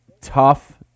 tough